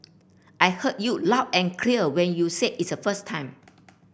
I heard you loud and clear when you said its a first time